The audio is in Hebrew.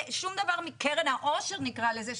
ושום דבר מקרן העושר, נקרא לזה,